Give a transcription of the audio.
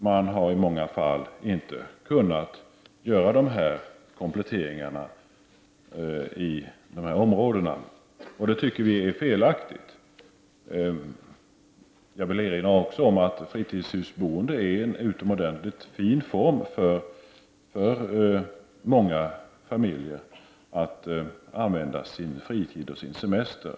Man har i många fall inte kunna göra kompletteringar i dessa områden. Det tycker vi är fel. Jag vill erinra om att fritidshusboende är en utomordentligt fin form för många familjer när det gäller att använda fritid och semester.